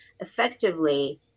effectively